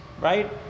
right